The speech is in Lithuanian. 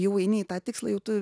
jau eini į tą tikslą jau tu